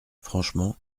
franchement